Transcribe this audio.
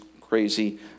crazy